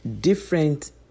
different